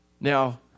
Now